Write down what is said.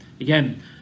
Again